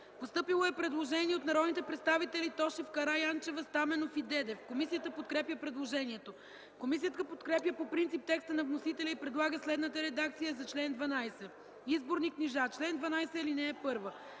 Постъпило е предложение от народните представители Тошев, Караянчева, Стаменов и Дедев. Комисията подкрепя предложението. Комисията подкрепя по принцип текста на вносителите и предлага следната редакция за чл. 12: „Изборни книжа Чл. 12. (1) Централната